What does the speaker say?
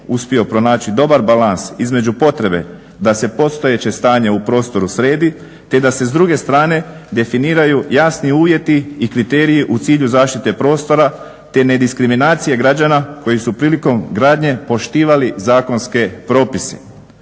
uspio pronaći dobar balans između potrebe da se postojeće stanje u prostoru sredi te da se s druge strane definiraju jasni uvjeti i kriteriji u cilju zaštite prostora te nediskriminacije građana koji su prilikom gradnje poštivali zakonske propise.